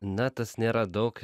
na tas nėra daug